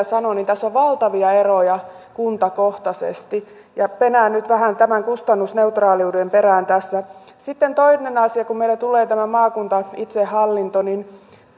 sanoi tässä on valtavia eroja kuntakohtaisesti ja penään nyt vähän tämän kustannusneutraaliuden perään tässä sitten toinen asia kun meille tulee tämä maakuntaitsehallinto niin